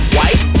White